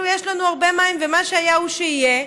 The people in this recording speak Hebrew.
יש לנו הרבה מים ומה שהיה הוא שיהיה.